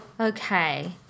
Okay